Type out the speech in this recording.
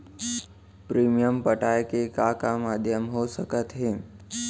Premium पटाय के का का माधयम हो सकत हे?